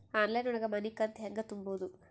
Online ಒಳಗ ಮನಿಕಂತ ಹ್ಯಾಂಗ ತುಂಬುದು?